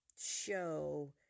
show